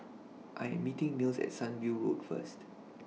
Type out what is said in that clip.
I Am meeting Mills At Sunview Road First